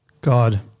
God